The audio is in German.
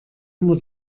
immer